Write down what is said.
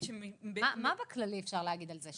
מה אפשר להגיד על זה,